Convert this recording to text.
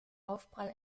aufprall